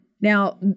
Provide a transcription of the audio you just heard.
Now